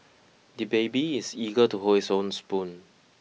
the baby is eager to hold his own spoon